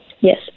Yes